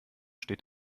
steht